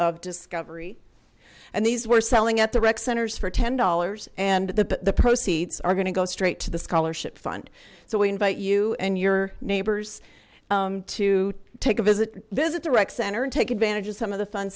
of discovery and these were selling at the rec centers for ten dollars and the proceeds are going to go straight to the scholarship fund so we invite you and your neighbors to take a visit visit the rec center and take advantage of some of the fun